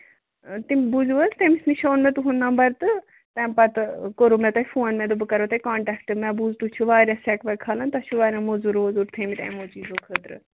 تُہۍ بوٗزیو حظ تٔمِس نِش اوٚن مےٚ تُہُنٛد نَمبر تہٕ تَمہِ پَتہٕ کوٚرُو مےٚ تۄہہِ فون مےٚ دوٚپ بہٕ کرو تۄہہِ کونٹیکٹہٕ مےٚ بوٗز تُہۍ چھِِو واریاہ سیٚکھ ویٚکھ کھالان تۄہہِ چھِو واریاہ موٚزوٗر ووٚزوٗر تھٲومٕتۍ امہِ موٗجوٗب یِمو چیٖزَو خٲطرٕ